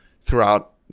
throughout